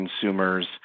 consumers